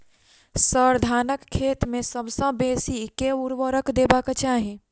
sir, धानक खेत मे सबसँ बेसी केँ ऊर्वरक देबाक चाहि